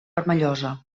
vermellosa